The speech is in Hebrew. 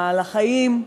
לחיים,